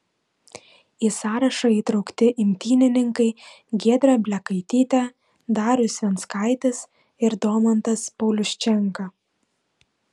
į sąrašą įtraukti imtynininkai giedrė blekaitytė darius venckaitis ir domantas pauliuščenka